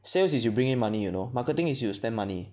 sales is you bring in money you know marketing is you spend money